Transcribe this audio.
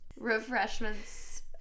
refreshments